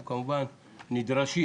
אנחנו כמובן נדרשים